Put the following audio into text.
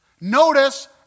notice